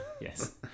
Yes